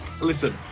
listen